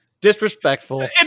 disrespectful